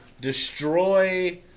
destroy